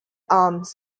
arms